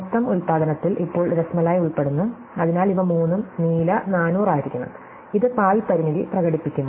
മൊത്തം ഉൽപാദനത്തിൽ ഇപ്പോൾ റാസ്മലൈ ഉൾപ്പെടുന്നു അതിനാൽ ഇവ മൂന്നും നീല 400 ആയിരിക്കണം ഇത് പാൽ പരിമിതി പ്രകടിപ്പിക്കുന്നു